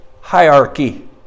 hierarchy